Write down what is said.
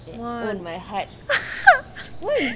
what